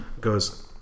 goes